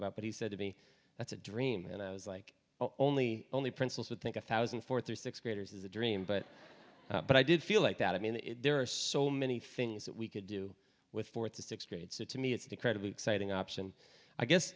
about but he said to me that's a dream and i was like only only principals would think a thousand fourth or sixth graders is a dream but but i did feel like that i mean there are so many things that we could do with four to six traits that to me it's incredibly exciting option i guess